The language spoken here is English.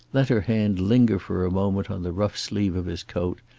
let her hand linger for a moment on the rough sleeve of his coat,